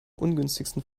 ungünstigsten